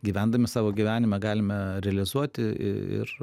gyvendami savo gyvenimą galime realizuoti ir